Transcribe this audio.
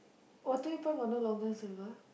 Waterway-Point got no Long-John-Silver